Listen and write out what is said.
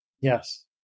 Yes